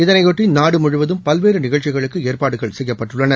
இதனையொட்டி நாடு முழுவதும் பல்வேறு நிகழ்ச்சிகளுக்கு ஏற்பாடுகள் செய்யப்பட்டுள்ளன